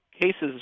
cases